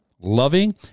loving